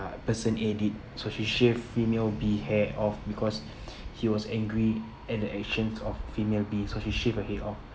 ~(uh) person A did so she shave female B hair off because she was angry at the actions of female B so she shave her hair off